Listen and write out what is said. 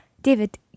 David